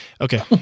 Okay